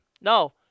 No